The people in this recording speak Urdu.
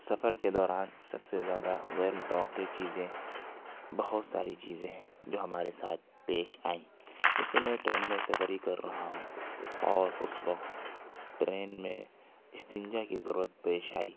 سفر کے دوران سب سے زیادہ غیرمتوقع چیزیں بہت ساری چیزیں ہیں جو ہمارے ساتھ پیش آئیں جیسے میں ٹرین میں سفر ہی کر رہا ہوں اور اس وقت ٹرین میں استنجا کی ضرورت پیش آئی